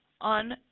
on